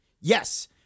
Yes